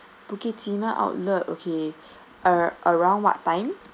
bukit timah outlet okay uh around what time